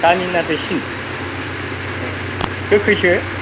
गामिना दैसिन ए गोखैसो